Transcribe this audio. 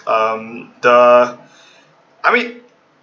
um the I mean